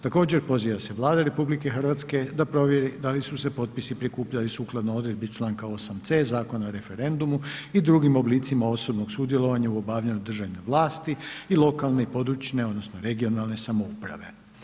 Također poziva se Vlada RH da provjeri da li su se potpisi prikupljali sukladno odredbi članka 8. c Zakona o referendumu i drugim oblicima osobnog sudjelovanja u obavljanju držanja vlasti i lokalne i područne odnosno regionalne samouprave.